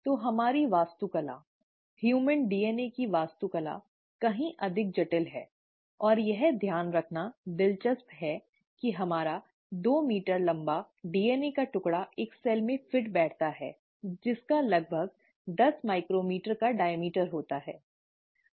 तो हमारी वास्तुकला मानव डीएनए की वास्तुकला कहीं अधिक जटिल है और यह ध्यान रखना दिलचस्प है कि हमारा दो मीटर लंबा DNA का टुकड़ा एक सेल में फिट बैठता है जिसका लगभग 10 माइक्रोमीटर का व्यास होता है